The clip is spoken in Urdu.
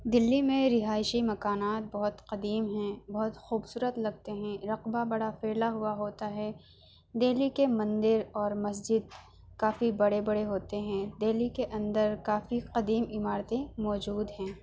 دلی میں رہائشی مکانات بہت قدیم ہیں بہت خوبصورت لگتے ہیں رقبہ بڑا پھیلا ہوا ہوتا ہے دہلی کے مندر اور مسجد کافی بڑے بڑے ہوتے ہیں دہلی کے اندر کافی قدیم عمارتیں موجود ہیں